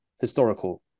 historical